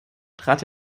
trat